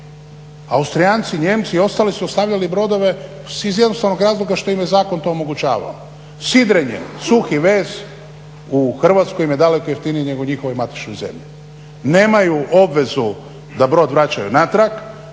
Austrijanci, Nijemci i ostali su ostavljali brodove iz jednostavnog razloga što im je zakon to omogućavao. Sidrenje, suhi vez u Hrvatskoj im je daleko jeftiniji nego u njihovoj matičnoj zemlji. Nemaju obvezu da brod vraćaju natrag,